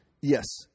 Yes